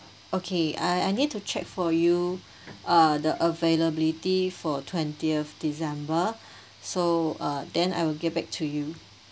okay uh I need to check for you uh the availability for twentieth december so uh then I will get back to you